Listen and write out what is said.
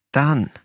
done